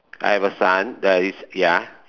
I have a son uh is ya